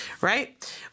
right